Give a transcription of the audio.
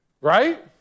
Right